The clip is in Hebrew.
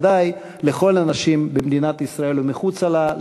וודאי לכל הנשים במדינת ישראל ומחוץ לה,